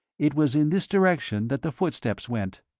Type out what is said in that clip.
it was in this direction that the footsteps went.